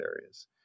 areas